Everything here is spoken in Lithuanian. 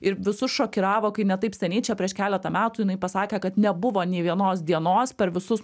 ir visus šokiravo kai ne taip seniai čia prieš keletą metų jinai pasakė kad nebuvo nė vienos dienos per visus